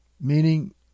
meaning